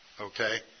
okay